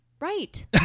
right